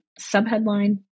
subheadline